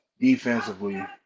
defensively